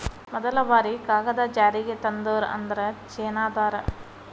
ಮದಲ ಬಾರಿ ಕಾಗದಾ ಜಾರಿಗೆ ತಂದೋರ ಅಂದ್ರ ಚೇನಾದಾರ